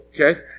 Okay